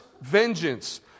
vengeance